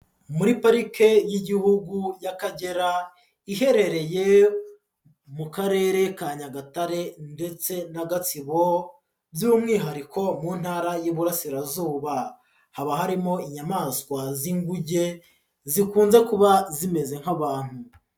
Muri parike y'igihugu y'Akagera, iherereye mu karere ka Nyagatare ndetse na Gatsibo, by'umwihariko mu ntara y'Iburasirazuba. Haba harimo inyamaswa z'inguge zikunze kuba zimeze nk'abantu.